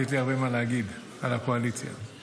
כי יש לי הרבה מה להגיד על הקואליציה הזו.